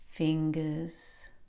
fingers